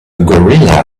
gorilla